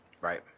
Right